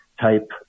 type